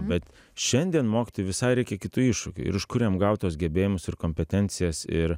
bet šiandien mokytojui visai reikia kitų iššūkių ir iš kur jam gaut tuos gebėjimus ir kompetencijas ir